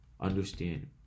Understand